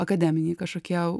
akademiniai kažkokie